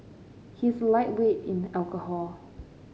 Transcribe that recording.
he is a lightweight in alcohol